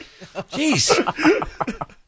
Jeez